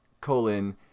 colon